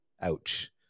Ouch